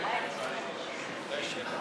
5 לא נתקבלה.